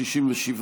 67,